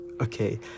Okay